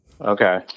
Okay